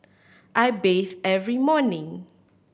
I bathe every morning